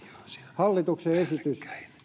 hallituksen esitys